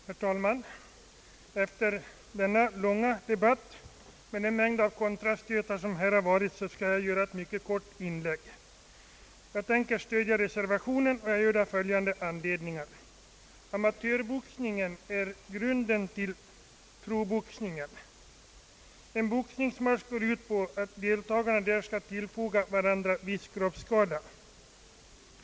Herr talman! Efter denna långa debatt med den mängd av kontrastötar, som här har förekommit, skall jag göra ett mycket kort inlägg. Jag tänker stödja reservationen, och jag gör det av följande anledningar. Amatörboxningen är grunden till proboxningen. En boxningsmatch går ut på att deltagarna skall tillfoga varandra viss kroppsskada.